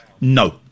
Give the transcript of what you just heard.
No